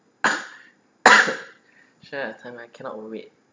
share a time I cannot wait